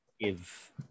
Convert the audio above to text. give